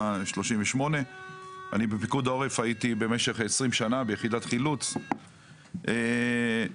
38. הייתי במשך 20 שנה ביחידת חילוץ בפיקוד העורף.